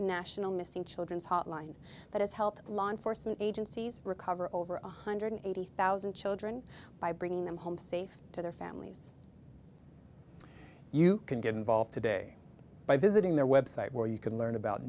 national missing children's hotline that is help law enforcement agencies recover over one hundred eighty thousand children by bringing them home safe to their families you can get involved today by visiting their website where you can learn about